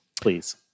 Please